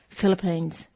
Philippines